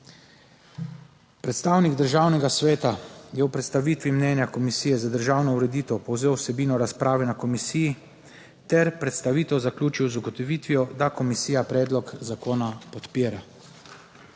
Predstavnik Državnega sveta je v predstavitvi mnenja Komisije za državno ureditev povzel vsebino razprave na komisiji ter predstavitev zaključil z ugotovitvijo, da komisija predlog zakona podpira.